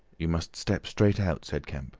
you must step straight out, said kemp